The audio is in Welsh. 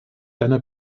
dyna